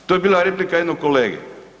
To je bila replika jednog kolege.